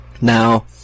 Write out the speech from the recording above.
Now